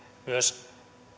myös